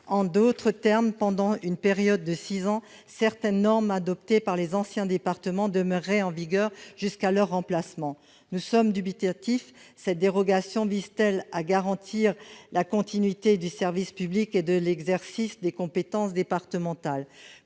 En d'autres termes, pendant une période de six ans, certaines normes adoptées par les anciens départements demeureraient en vigueur jusqu'à leur remplacement. Nous sommes dubitatifs. Cette dérogation vise-t-elle à garantir la continuité du service public et de l'exercice des compétences départementales ?